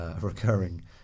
recurring